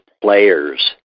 players